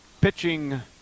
pitching